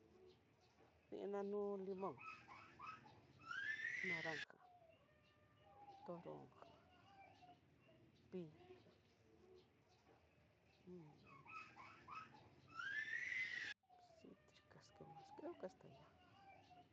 Dinanu limón, naranja, toronja, piña un citricas que ás creo que asta ya.